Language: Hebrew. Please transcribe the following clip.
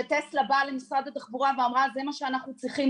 שטסלה באה למשרד התחבורה ואמרה זה מה שאנחנו צריכים,